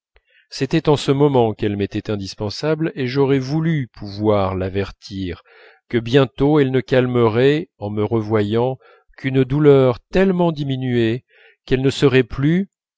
c'était en ce moment qu'elle m'était indispensable et j'aurais voulu pouvoir l'avertir que bientôt elle ne calmerait en me revoyant qu'une douleur tellement diminuée qu'elle ne serait plus